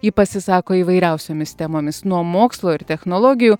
ji pasisako įvairiausiomis temomis nuo mokslo ir technologijų